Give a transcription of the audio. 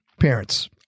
parents